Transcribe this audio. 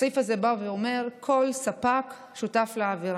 הסעיף הזה בא ואומר שכל ספק הוא שותף לעבירה,